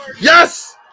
Yes